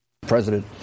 President